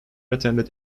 attended